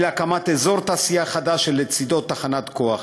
להקמת אזור תעשייה חדש שלצדו תחנת כוח.